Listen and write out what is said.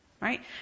Right